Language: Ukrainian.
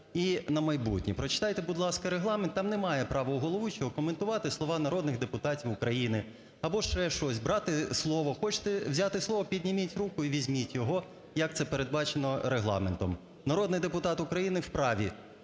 Народний депутат України в праві